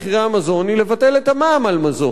המיידית להוריד את מחירי המזון היא לבטל את המע"מ על מזון.